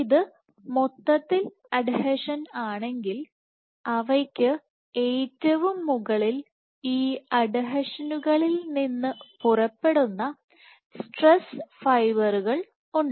ഇത് മൊത്തത്തിൽ അഡ്ഹീഷൻ ആണെങ്കിൽ അവയ്ക്ക് ഏറ്റവും മുകളിൽ ഈ അഡ്ഹീഷനുകളിൽ നിന്ന് പുറപ്പെടുന്ന സ്ട്രെസ് ഫൈബറുകൾ ഉണ്ട്